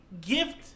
gift